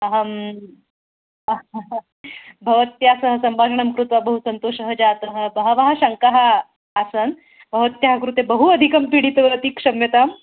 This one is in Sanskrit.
अहम् भवत्या सः सम्भााषणं कृत्वा बहु सन्तोषः जातः बहवः शङ्काः आसन् भवत्याः कृते बहु अधिकं पीडितवती क्षम्यताम्